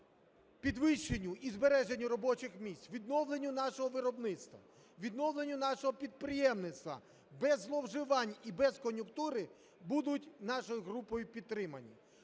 підвищенню і збереженню робочих місць, відновленню нашого виробництва, відновленню нашого підприємництва без зловживань і без кон'юнктури, будуть нашою групою підтримання.